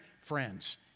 friends